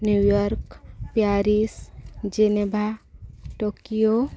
New York Paris Geneva Tokyo